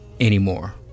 anymore